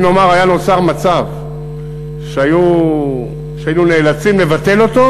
אם, נאמר, היה נוצר מצב שהיינו נאלצים לבטל אותו,